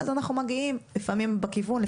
אז אנחנו מגיעים לפעמים בכיוון,